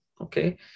okay